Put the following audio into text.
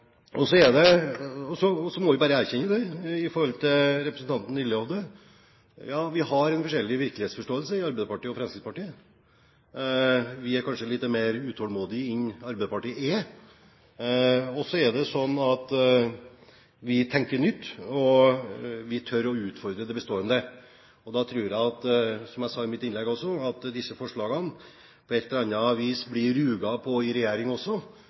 Så må vi bare erkjenne at ja, vi har forskjellig virkelighetsforståelse i Arbeiderpartiet og Fremskrittspartiet. Vi er kanskje litt mer utålmodig enn Arbeiderpartiet er, og så er det sånn at vi tenker nytt, og at vi tør å utfordre det bestående. Da tror jeg, som jeg sa i mitt innlegg, at disse forslagene på et eller annet vis blir ruget på i regjeringen også.